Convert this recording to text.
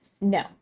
No